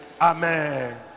amen